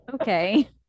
Okay